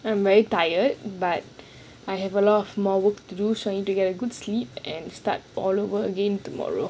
I am very tired but I have a lot more work to do so I need to get a good sleep and start all over again tomorrow